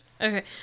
Okay